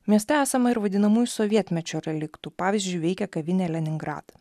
mieste esama ir vadinamųjų sovietmečio reliktų pavyzdžiui veikia kavinė leningradą